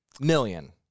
million